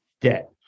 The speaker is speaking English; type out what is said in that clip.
debt